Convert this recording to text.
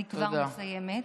אני כבר מסיימת,